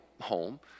home